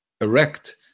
erect